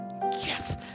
yes